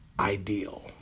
ideal